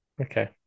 Okay